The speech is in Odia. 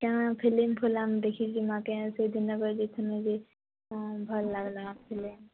ଚାଲୁନ ଫିଲିମ୍ ଫୁଲାମ ଦେଖି ଯିବା କେ ସେଇ ଦିନ ଯାଇଥିନୁ ଯେ ଆ ଭଲ ଲାଗଲା ଫିଲିମ